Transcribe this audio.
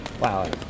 Wow